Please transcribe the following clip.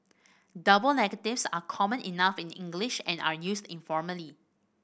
double negatives are common enough in English and are used informally